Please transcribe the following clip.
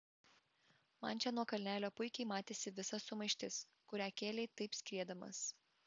man čia nuo kalnelio puikiai matėsi visa sumaištis kurią kėlei taip skriedamas